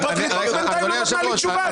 והפרקליטות בינתיים לא נתנה לי תשובה אז